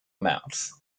amounts